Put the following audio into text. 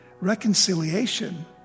Reconciliation